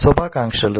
శుభాకాంక్షలు